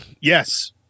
Yes